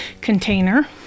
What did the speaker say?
container